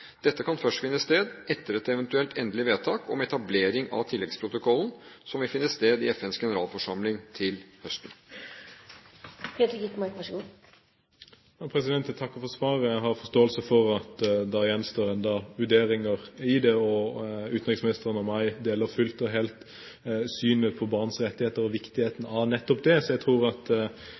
Dette kan først finne sted etter et eventuelt endelig vedtak om etablering av tilleggsprotokollen som vil finne sted i FNs generalforsamling til høsten. Jeg takker for svaret. Jeg har forståelse for at det ennå gjenstår vurderinger om dette. Utenriksministeren og jeg deler fullt og helt synet på barns rettigheter og viktigheten av nettopp det. Så jeg tror